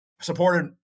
supported